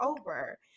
over